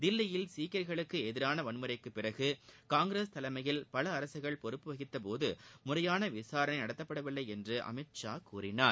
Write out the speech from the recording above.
தில்லியில் சீக்கியர்களுக்கு எதிரான வன்முறைக்குப்பிறகு காங்கிரஸ் தலைமையில் பல அரசுகள் பொறுப்பு வகித்தபோது முறையான விசாரணை நடத்தப்படவில்லை என்று அவர் கூறினார்